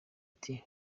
ati